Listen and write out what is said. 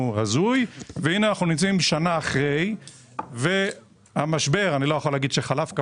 הזוי והינה אנחנו נמצאים שנה אחרי והמשבר לא יכול לומר שחלף,